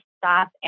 stop